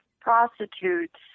prostitutes